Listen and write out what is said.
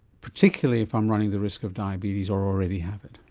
particularly if i'm running the risk of diabetes or already have it?